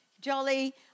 jolly